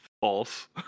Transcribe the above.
false